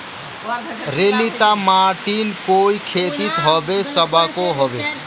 रेतीला माटित कोई खेती होबे सकोहो होबे?